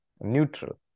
neutral